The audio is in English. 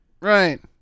right